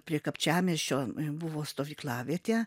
prie kapčiamiesčio buvo stovyklavietė